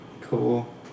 Cool